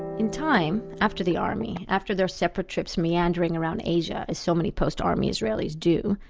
in time, after the army, after their separate trips meandering around asia, as so many post-army israelis do,